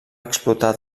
explotar